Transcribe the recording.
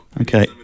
Okay